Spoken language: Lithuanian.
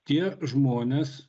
tie žmonės